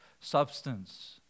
substance